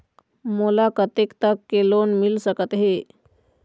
मोला कतेक तक के लोन मिल सकत हे?